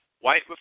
White